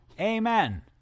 Amen